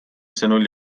sõnul